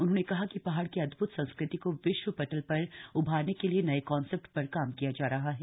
उन्होंने कहा कि पहाड़ की अद्भुत संस्कृति को विश्व पटल पर उभारने के लिए नए कॉन्सेप्ट पर काम किया जा रहा है